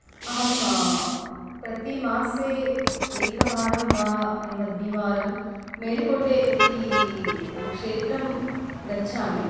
अहं प्रतिमासे एकवारं वा नैव द्विवारं मेलुकोट्टे इति क्षेत्रं गच्छामि